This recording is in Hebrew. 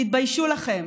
תתביישו לכם,